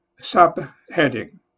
Subheading